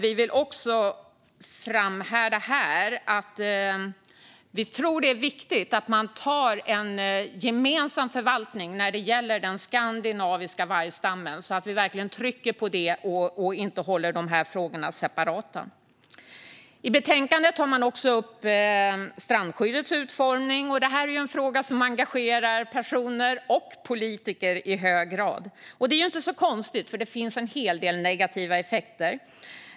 Vi vill också tillägga att vi tror att det är viktigt att man har en gemensam förvaltning när det gäller den skandinaviska vargstammen, och att vi verkligen trycker på det och inte håller de här frågorna separata. I betänkandet tar man också upp strandskyddets utformning. Det är en fråga som engagerar både privatpersoner och politiker i hög grad. Det är inte så konstigt, för det finns en hel del negativa effekter.